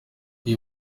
uyu